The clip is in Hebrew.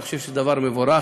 ואני חושב שזה דבר מבורך.